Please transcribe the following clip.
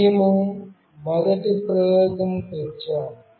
మేము మొదటి ప్రయోగానికి వచ్చాము